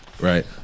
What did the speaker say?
Right